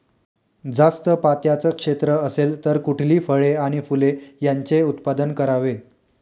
जास्त पात्याचं क्षेत्र असेल तर कुठली फळे आणि फूले यांचे उत्पादन करावे?